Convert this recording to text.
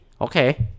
Okay